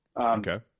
Okay